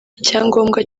icyangombwa